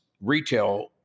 retail